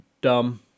dumb